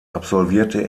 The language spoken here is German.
absolvierte